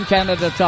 Canada